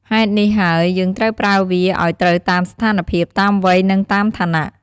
ហេតុនេះហើយ យើងត្រូវប្រើវាឲ្យត្រូវតាមស្ថានភាព តាមវ័យ និងតាមឋានៈ។